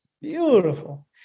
beautiful